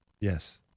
yes